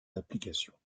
d’applications